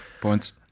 Points